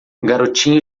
garotinho